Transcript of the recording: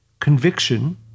conviction